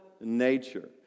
nature